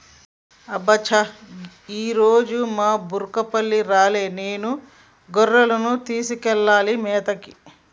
అబ్బ చా ఈరోజు మా బుర్రకపల్లి రాలే నేనే గొర్రెలను తీసుకెళ్లాలి మేతకి